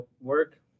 work